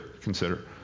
consider